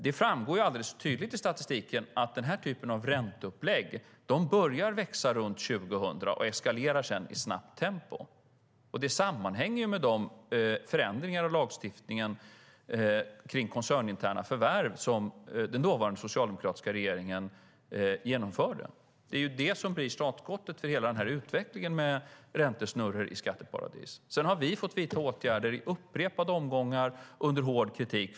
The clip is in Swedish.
Det framgår alldeles tydligt i statistiken att denna typ av ränteupplägg började växa runt 2000 och eskalerar sedan i snabbt tempo. Det sammanhänger med de förändringar av lagstiftningen kring koncerninterna förvärv som den dåvarande socialdemokratiska regeringen genomförde. Det är det som blir startskottet för hela denna utveckling med räntesnurror i skatteparadis. Sedan har vi efter hård kritik fått vidta åtgärder i upprepade omgångar för att städa i detta.